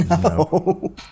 No